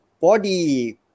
body